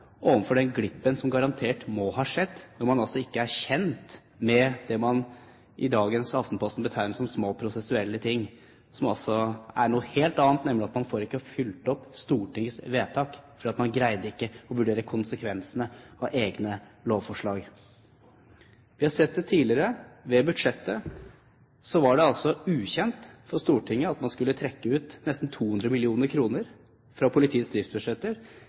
overfor den glippen som garantert må ha skjedd, når man altså ikke er kjent med det man i dagens Aftenposten betegner som små prosessuelle ting, som altså er noe helt annet, nemlig at man ikke får fulgt opp Stortingets vedtak fordi man ikke greide å vurdere konsekvensene av egne lovforslag. Vi har sett det tidligere. Ved budsjettbehandlingen var det ukjent for Stortinget at man skulle trekke ut nesten 200 mill. kr fra politiets driftsbudsjetter.